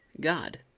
God